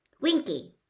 Winky